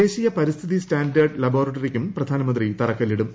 ദേശീയ പരിസ്ഥിതി സ്റ്റാൻഡേർഡ് ലബോറട്ടറിക്കും പ്രധാനമന്ത്രി തറക്കില്ലിടും